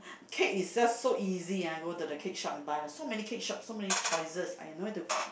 cake is just so easy ah go to cake shop and buy lah so make cake shop so many choices !aiya! don't need to